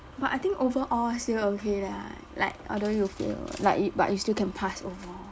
but I think overall still okay lah like although you fail like you but you still can pass overall